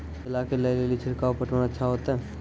केला के ले ली छिड़काव पटवन अच्छा होते?